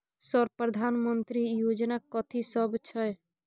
Sir प्रधानमंत्री योजना कथि सब छै?